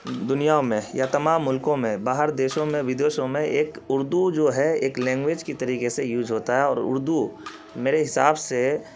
دنیا میں یا تمام ملکوں میں باہر دیشوں میں ودیشوں میں ایک اردو جو ہے ایک لینگویج کی طریقے سے یوز ہوتا ہے اور اردو میرے حساب سے